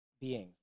beings